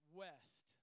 west